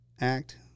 act